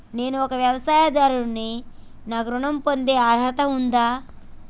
నేను ఒక వ్యవసాయదారుడిని నాకు ఋణం పొందే అర్హత ఉందా?